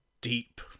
deep